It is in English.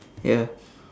ya